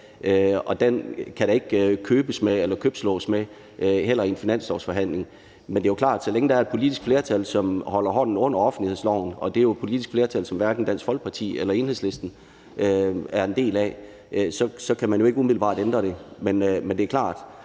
og den kan der ikke købslås med, heller ikke i en finanslovsforhandling. Det er jo klart, at så længe der er et politisk flertal, som holder hånden under offentlighedsloven – og det er jo et politisk flertal, som hverken Dansk Folkeparti eller Enhedslisten er en del af – så kan man jo ikke umiddelbart ændre det. Men det er klart: